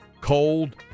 cold